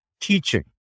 Teaching